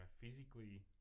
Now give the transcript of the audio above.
physically